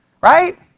Right